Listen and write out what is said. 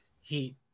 heat